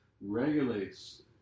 regulates